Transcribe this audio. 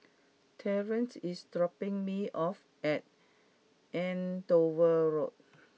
Terrence is dropping me off at Andover Road